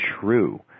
true